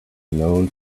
known